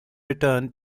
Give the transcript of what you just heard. return